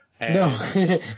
No